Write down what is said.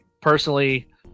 personally